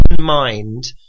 mind